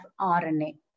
RNA